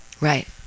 Right